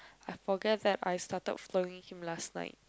I forget that I started following him last night